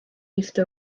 use